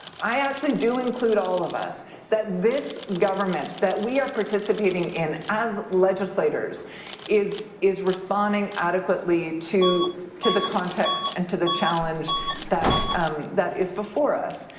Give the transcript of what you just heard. i actually do include all of us that this government that we are participating in as legislators is is responding adequately to to the context and to the challenge that um that is before us.